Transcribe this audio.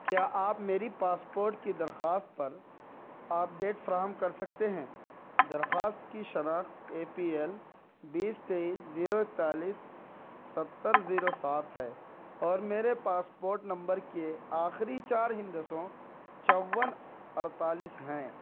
کیا آپ میری پاسپورٹ کی درخواست پر اپڈیٹ فراہم کر سکتے ہیں درخواست کی شناخت اے پی ایل بیس تیئیس زیرو اکتالیس ستّر زیرو سات ہے اور میرے پاسپورٹ نمبر کے آخری چار ہندسوں چوّن اڑتالیس ہیں